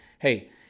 Hey